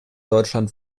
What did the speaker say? deutschland